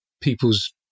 people's